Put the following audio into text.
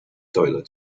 toilets